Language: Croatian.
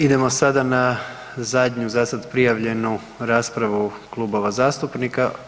Idemo sada na zadnju, zasad prijavljenu raspravu klubova zastupnika.